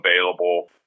available